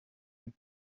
est